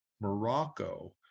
Morocco